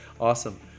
Awesome